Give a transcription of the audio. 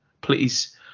Please